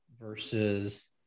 versus